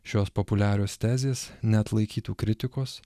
šios populiarios tezės neatlaikytų kritikos